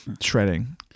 shredding